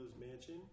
mansion